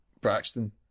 Braxton